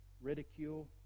ridicule